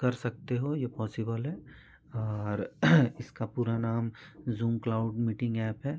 कर सकते हो यह पॉसिबल है और इसका पूरा नाम ज़ूम क्लाउड मीटिंग एप है